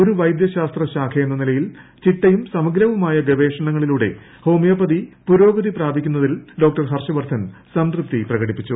ഒരു വൈദൃശാസ്ത്ര ശാഖയെന്ന നിലയിൽ ചിട്ടയും സമഗ്രവുമായ ഗവേഷണങ്ങളിലൂടെ ഹോമിയോപ്പതി പുരോഗതി പ്രാപിക്കുന്നതിൽ ഡോക്ടർ ഹർഷ വർധൻ സംതൃപ്തി പ്രകടിപ്പിച്ചു